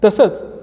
तसंच